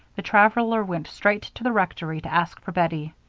the traveler went straight to the rectory to ask for bettie.